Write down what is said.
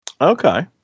Okay